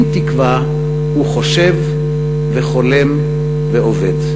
עם תקווה הוא חושב וחולם ועובד".